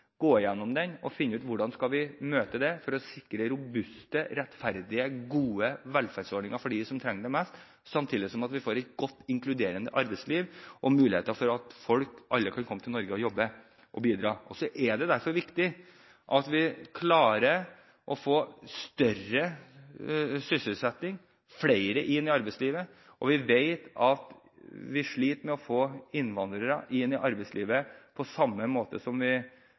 og finne ut hvordan vi skal møte dette for å sikre robuste, rettferdige, gode velferdsordninger for dem som trenger det mest, samtidig som vi får vi et godt, inkluderende arbeidsliv og muligheter for at alle kan komme til Norge og jobbe og bidra. Derfor er det viktig at vi klarer å få høyere sysselsetting – flere inn i arbeidslivet. Vi vet at vi sliter med å få innvandrere inn i arbeidslivet på samme måte som